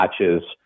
matches